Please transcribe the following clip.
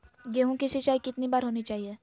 गेहु की सिंचाई कितनी बार होनी चाहिए?